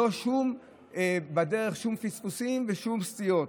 לא היו בדרך שום פספוסים ושום סטיות.